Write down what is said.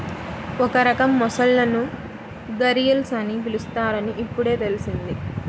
ఒక రకం మొసళ్ళను ఘరియల్స్ అని పిలుస్తారని ఇప్పుడే తెల్సింది